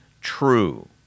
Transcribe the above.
true